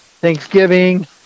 Thanksgiving